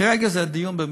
כרגע זה בדיון משפטי.